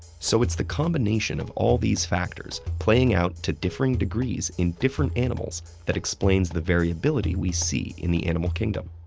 so it's the combination of all these factors playing out to differing degrees in different animals that explains the variability we see in the animal kingdom.